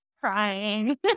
crying